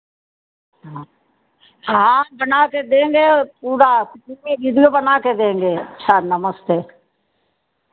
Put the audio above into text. हाँ हाँ हाँ बना के देंगे और पूरा वीडियो बना के देंगे अच्छा नमस्ते